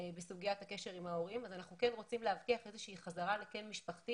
בסוגיית הקשר עם ההורים איזושהי חזרה לקן משפחתי